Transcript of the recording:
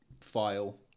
file